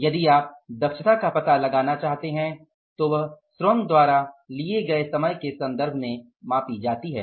यदि आप दक्षता का पता लगाना चाहते हैं तो वह श्रम द्वारा लिए गए समय के संदर्भ में मापी जाती है